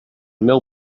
meu